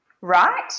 Right